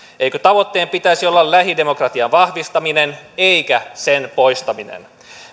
eikö tavoitteen pitäisi olla lähidemokratian vahvistaminen eikä sen poistaminen